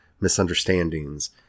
misunderstandings